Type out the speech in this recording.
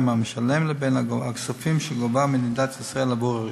המשלם לבין הכספים שגובה מדינת ישראל עבור הרשות.